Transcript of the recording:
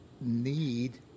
need